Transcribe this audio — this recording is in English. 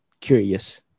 curious